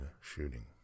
shooting